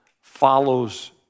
follows